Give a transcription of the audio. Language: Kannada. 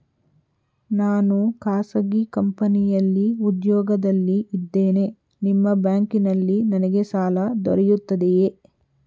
ನಾನು ಖಾಸಗಿ ಕಂಪನಿಯಲ್ಲಿ ಉದ್ಯೋಗದಲ್ಲಿ ಇದ್ದೇನೆ ನಿಮ್ಮ ಬ್ಯಾಂಕಿನಲ್ಲಿ ನನಗೆ ಸಾಲ ದೊರೆಯುತ್ತದೆಯೇ?